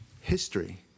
History